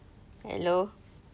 hello